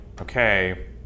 okay